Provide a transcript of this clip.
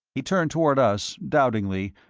he turned toward us, doubtingly,